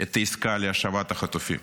את העסקה להשבת החטופים.